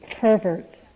perverts